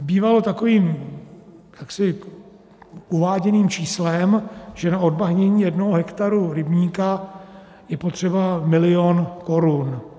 Bývalo takovým jaksi uváděným číslem, že na odbahnění jednoho hektaru rybníka je potřeba milion korun.